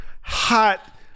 Hot